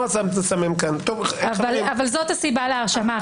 אבל זו הסיבה להרשמה.